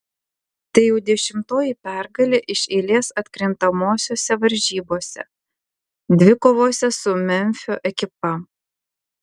tai jau dešimtoji pergalė iš eilės atkrintamosiose varžybose dvikovose su memfio ekipa